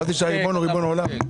חשבתי שהריבון הוא ריבון העולם.